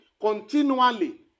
continually